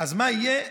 מה יהיה?